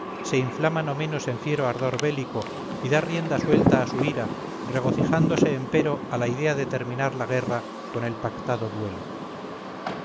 se inflama no menos en fiero ardor bélico y da rienda suelta a su ira regocijándose empero a la idea de terminar la guerra con el pactado duelo